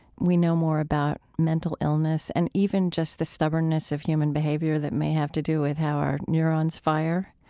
we know more about mental illness and even just the stubbornness of human behavior that may have to do with how our neurons fire.